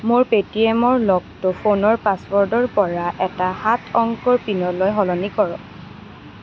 মোৰ পে'টিএমৰ লকটো ফোনৰ পাছৱৰ্ডৰ পৰা এটা সাত অংকৰ পিনলৈ সলনি কৰক